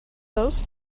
those